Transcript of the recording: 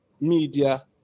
media